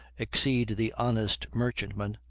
exceed the honest merchantman,